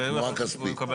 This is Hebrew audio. תמורה כספית.